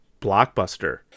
blockbuster